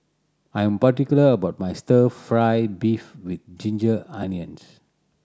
I am particular about my Stir Fry beef with ginger onions